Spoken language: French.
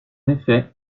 effet